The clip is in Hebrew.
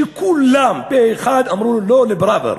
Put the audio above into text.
כולם פה-אחד אמרו לא לפראוור.